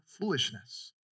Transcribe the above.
foolishness